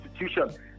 institution